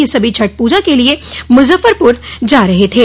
यह सभी छठ पूजा के लिए मुजफ्फरपुर जा रहे थे